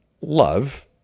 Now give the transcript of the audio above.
love